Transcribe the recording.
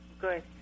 Good